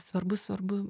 svarbu svarbu